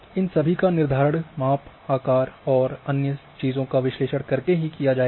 इन सभी का निर्धारण माप आकार और अन्य चीजों का विश्लेषण करके किया जाएगा